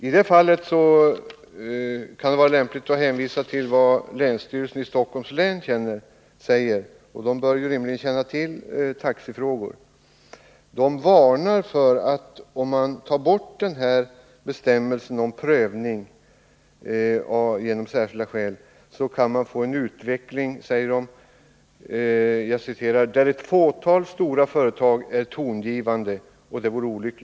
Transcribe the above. I det fallet kan det vara lämpligt att hänvisa till vad länsstyrelsen i Stockholms län säger — den bör rimligen känna till taxifrågor. Länsstyrelsen varnar för att det, om man tar bort kravet på särskilda skäl, kan bli en utveckling där ett fåtal stora företag är tongivande och att det vore olyckligt.